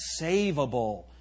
savable